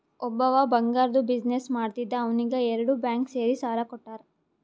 ಒಬ್ಬವ್ ಬಂಗಾರ್ದು ಬಿಸಿನ್ನೆಸ್ ಮಾಡ್ತಿದ್ದ ಅವ್ನಿಗ ಎರಡು ಬ್ಯಾಂಕ್ ಸೇರಿ ಸಾಲಾ ಕೊಟ್ಟಾರ್